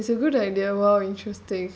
ya it's a it's a good idea !wow! interesting